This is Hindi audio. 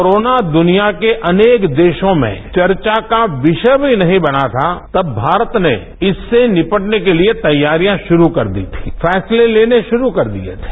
कोरोना दुनिया के अनेक देशों में चर्चा का विषय भी नहीं बना था तब भारत ने इससे निपटने के लिए तैयारियां शुरू कर दी थी फैसले लेने शुरू कर दिए थे